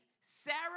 Sarah